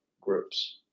groups